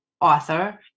author